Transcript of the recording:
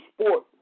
sport